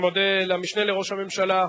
אני מודה למשנה לראש הממשלה,